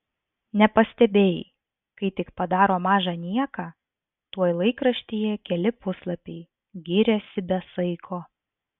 nepastebėjai kai tik padaro mažą nieką tuoj laikraštyje keli puslapiai giriasi be saiko